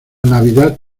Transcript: navidad